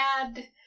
add